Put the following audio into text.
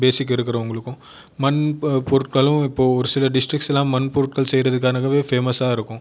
பேசிக் இருக்கிறவங்களுக்கும் மண் பொருட்களும் இப்போது ஒரு சில டிஸ்ட்ரிக்ட்ஸ்செல்லாம் மண் பொருட்கள் செய்கிறதுக்கணுகாகவே ஃபேமஸாக இருக்கும்